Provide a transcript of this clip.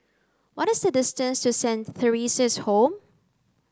what is the distance to Saint Theresa's Home